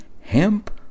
Hemp